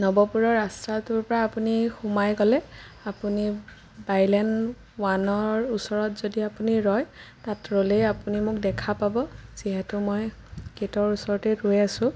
নৱপুৰৰ ৰাস্তাটোৰ পৰা আপুনি সোমাই গ'লে আপুনি বাইলেন ওৱানৰ ওচৰত যদি আপুনি ৰয় তাত ৰ'লেই আপুনি মোক দেখা পাব যিহেতু মই গেটৰ ওচৰতেই ৰৈ আছোঁ